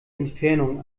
entfernung